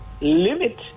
limit